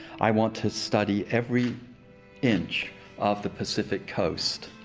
i want to study every inch of the pacific coast.